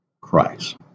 Christ